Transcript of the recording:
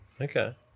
Okay